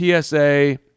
PSA